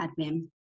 admin